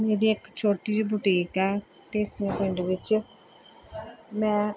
ਮੇਰੀ ਇੱਕ ਛੋਟੀ ਜਿਹੀ ਬੂਟੀਕ ਹੈ ਢੇਸੂਆਂ ਪਿੰਡ ਵਿੱਚ ਮੈਂ